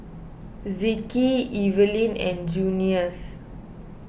Zeke Eveline and Junious